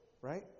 right